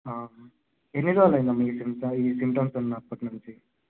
ఎన్ని రోజులు అయ్యిందమ్మా ఈ సింట ఈ సింటమ్స్ ఉన్నప్పుటి నుంచి